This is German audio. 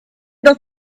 doch